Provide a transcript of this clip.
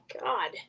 God